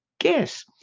guess